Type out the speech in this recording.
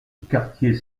quartier